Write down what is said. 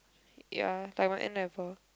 ya like my N-level